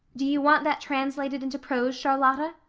do you want that translated into prose, charlotta?